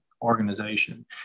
Organization